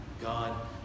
God